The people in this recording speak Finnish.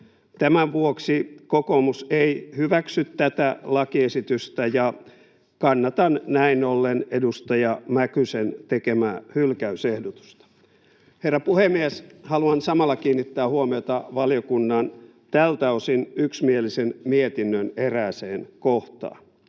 Tämän vuoksi kokoomus ei hyväksy tätä lakiesitystä, ja kannatan näin ollen edustaja Mäkysen tekemää hylkäysehdotusta. Herra puhemies! Haluan samalla kiinnittää huomiota valiokunnan tältä osin yksimielisen mietinnön erääseen kohtaan,